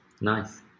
Nice